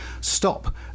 stop